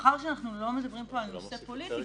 מאחר שאנחנו לא מדברים פה על נושא פוליטי,